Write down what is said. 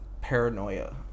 paranoia